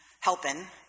helping